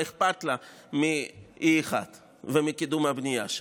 מה אכפת לה מ-E1 ומקידום הבנייה שם?